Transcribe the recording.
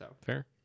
Fair